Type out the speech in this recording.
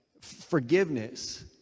forgiveness